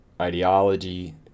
ideology